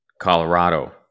Colorado